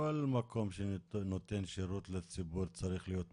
כל מקום שנותן שירות לציבור צריך להיות מונגש,